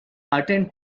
attend